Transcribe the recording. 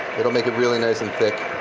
it'll make it really nice and thick.